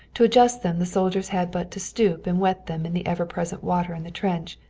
to adjust them the soldiers had but to stoop and wet them in the ever-present water in the trench,